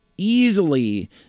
easily